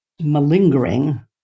malingering